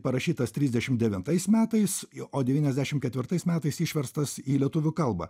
parašytas trisdešimt devintais metais jo devyniasdešimt ketvirtais metais išverstas į lietuvių kalbą